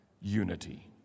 unity